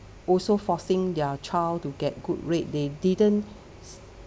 also forcing their child to get good grade they didn't